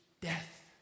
death